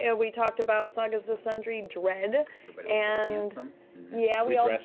and we talked about sagas of sundry dread. and but and yeah we ah dressed